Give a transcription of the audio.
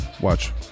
Watch